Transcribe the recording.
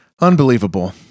Unbelievable